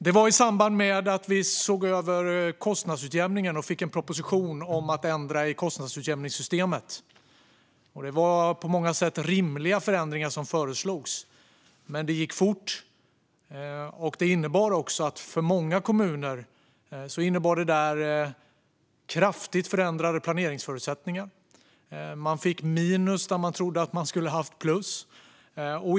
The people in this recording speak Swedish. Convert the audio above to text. Detta skedde i samband med att vi såg över kostnadsutjämningen och fick en proposition om att ändra i kostnadsutjämningssystemet. Det var på många sätt rimliga förändringar som föreslogs, men det gick fort, och för många kommuner innebar det kraftigt förändrade planeringsförutsättningar. Man fick minus där man trodde att man skulle ha plus.